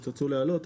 אם תרצו להעלות.